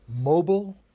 mobile